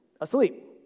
Asleep